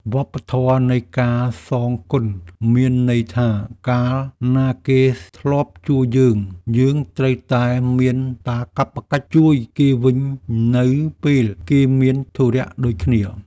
វប្បធម៌នៃការសងគុណមានន័យថា កាលណាគេធ្លាប់ជួយយើង យើងត្រូវតែមានកាតព្វកិច្ចជួយគេវិញនៅពេលគេមានធុរៈដូចគ្នា។